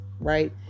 right